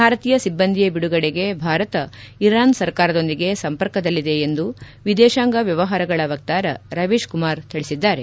ಭಾರತೀಯ ಸಿಬ್ಬಂದಿಯ ಬಿಡುಗಡೆಗೆ ಭಾರತ ಇರಾನ್ ಸರ್ಕಾರದೊಂದಿಗೆ ಸಂಪರ್ಕದಲ್ಲಿದೆ ಎಂದು ವಿದೇಶಾಂಗ ವ್ಯವಹಾರಗಳ ವಕ್ತಾರ ರವೀಶ್ ಕುಮಾರ್ ತಿಳಿಸಿದ್ದಾರೆ